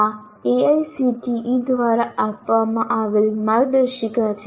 આ એઆઈસીટીઈ દ્વારા આપવામાં આવેલી માર્ગદર્શિકા છે